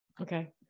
Okay